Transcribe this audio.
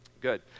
good